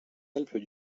alpes